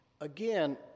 Again